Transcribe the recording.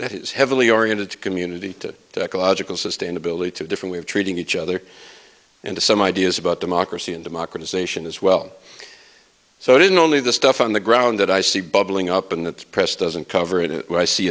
that is heavily oriented to community to the ecological sustainability to a different way of treating each other and to some ideas about democracy and democratization as well so it is only the stuff on the ground that i see bubbling up in the press doesn't cover it and i see